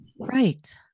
Right